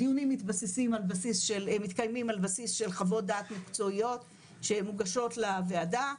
הדיונים מתקיימים על בסיס של חוות דעת מקצועיות שמוגשות לוועדה,